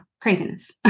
craziness